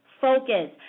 focus